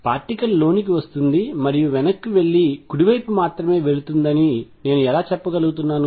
particle లోనికి వస్తుంది మరియు వెనక్కి వెళ్లి కుడివైపు మాత్రమే వెళుతుందని నేను ఎలా చెబుతున్నాను